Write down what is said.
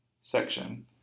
section